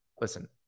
Listen